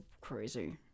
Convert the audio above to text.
crazy